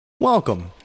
Welcome